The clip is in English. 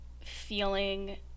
feeling